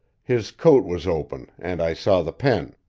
his coat was open and i saw the pen.